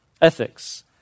Ethics